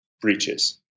breaches